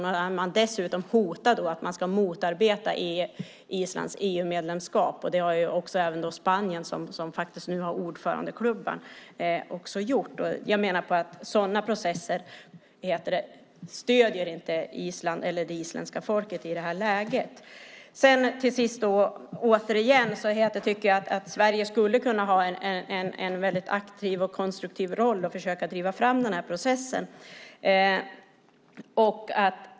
Man har dessutom hotat att man ska motarbeta Islands EU-medlemskap. Det har även Spanien som nu har ordförandeklubban gjort. Sådana processer stöder inte Island och det isländska folket i det här läget. Till sist tycker jag återigen att Sverige skulle kunna ha en väldigt aktiv och konstruktiv roll och försöka driva fram processen.